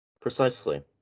Precisely